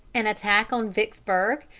an attack on vicksburg,